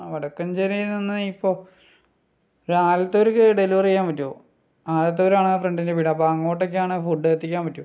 ആ വടക്കാഞ്ചേരിയിൽ നിന്ന് ഇപ്പോൾ ഒരു ആലത്തൂരിലേക്ക് ഡെലിവറി ചെയ്യാൻ പറ്റുമോ ആലത്തൂരാണ് ഫ്രണ്ടിൻ്റെ വീട് അപ്പോൾ അങ്ങോട്ടേക്കാണ് ഫുഡ് എത്തിക്കാൻ പറ്റുമോ